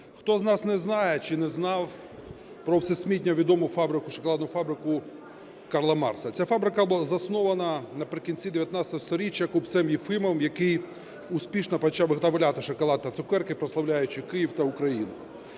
Хто з нас не знає чи не знав про всесвітньо відому шоколадну фабрику Карла Маркса? Ця фабрика була заснована наприкінці XIX сторіччя купцем Єфимовим, який успішно почав виготовляти шоколад та цукерки, прославляючи Київ та Україну.